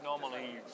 normally